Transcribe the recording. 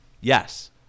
Yes